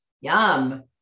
Yum